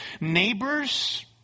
neighbors